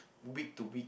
week to week